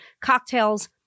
cocktails